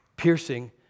Piercing